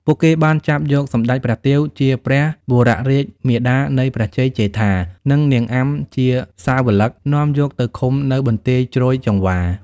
ពួកគេបានចាប់យកសម្តេចព្រះទាវជាព្រះវររាជមាតានៃព្រះជ័យជេដ្ឋា និង នាងអាំ ជាសាវឡិក នាំយកទៅឃុំនៅ បន្ទាយជ្រោយចង្វា។